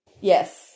Yes